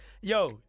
Yo